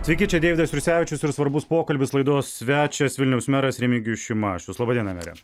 sveiki čia deividas jursevičius ir svarbus pokalbis laidos svečias vilniaus meras remigijus šimašius laba diena mere